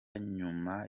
nyuma